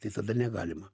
tai tada negalima